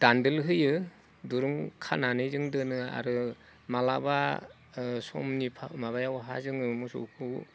दानदोल होयो दुरुं खानानै जों दोनो आरो माब्लाबा समनि माबायावहा जों मोसौखौ